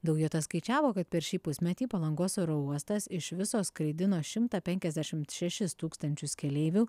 daujotas skaičiavo kad per šį pusmetį palangos oro uostas iš viso skraidino šimtą penkiasdešimt šešis tūkstančius keleivių